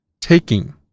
taking